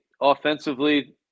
offensively